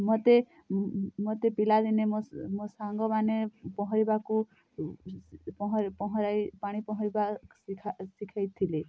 ମୋତେ ମୋତେ ପିଲା ଦିନେ ମୋ ମୋ ସାଙ୍ଗ ମାନେ ପହଁରିବାକୁ ପହଁରାଇ ପାଣି ପହଁରିବା ଶିଖେଇଥିଲେ